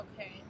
okay